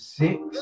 six